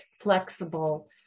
flexible